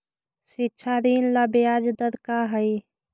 शिक्षा ऋण ला ब्याज दर का हई?